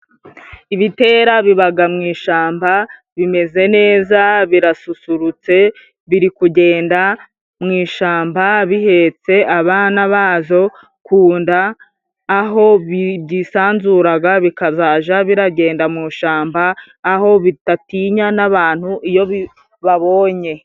Ibitera bibaga mu ishamba bimeze neza, birasusurutse biri kugenda mu ishyamba. Bihetse abana bazo ku nda aho byisanzuraga, bikazaja biragenda mu ishyamba aho bidatinya n'abantu iyo bibabonye.